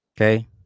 Okay